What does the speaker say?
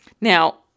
Now